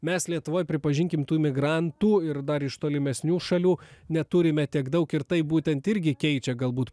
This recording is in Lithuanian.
mes lietuvoj pripažinkim tų imigrantų ir dar iš tolimesnių šalių neturime tiek daug ir tai būtent irgi keičia galbūt